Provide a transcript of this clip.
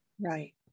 Right